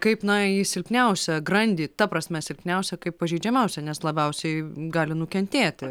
kaip na į silpniausią grandį ta prasme silpniausią kaip pažeidžiamiausią nes labiausiai gali nukentėti